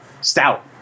stout